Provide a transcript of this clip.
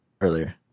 earlier